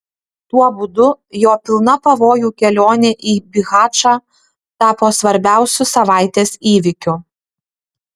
tuo būdu jo pilna pavojų kelionė į bihačą tapo svarbiausiu savaitės įvykiu